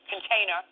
container